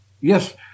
yes